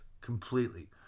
Completely